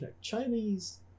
Chinese